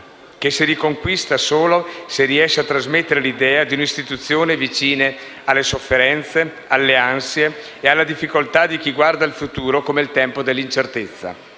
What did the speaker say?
che si riconquista solo se riesce a trasmettere l'idea di un'istituzione vicina alle sofferenze, alle ansie e alle difficoltà di chi guarda il futuro come il tempo dell'incertezza.